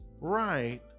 right